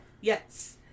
Yes